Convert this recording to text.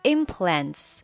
Implants